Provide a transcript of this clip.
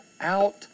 out